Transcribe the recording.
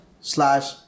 slash